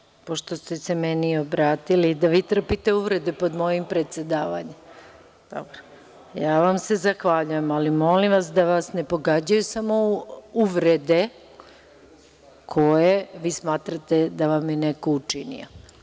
Poslaniče, pošto ste se meni obratili, da vi trpite uvrede pod mojim predsedavanjem, ja vam se zahvaljujem, ali molim vas da vas ne pogađaju samo uvrede koje smatrate da vam je neko učinio.